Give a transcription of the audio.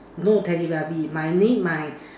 no teletubbie my name my